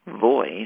voice